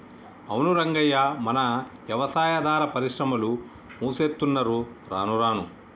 అవును రంగయ్య మన యవసాయాదార పరిశ్రమలు మూసేత్తున్నరు రానురాను